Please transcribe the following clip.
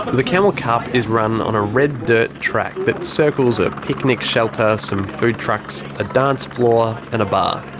the camel cup is run on a red dirt track that circles a picnic shelter, some food trucks, a dance floor and a bar.